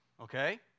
Okay